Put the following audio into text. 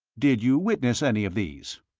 did you witness any of these?